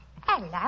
hello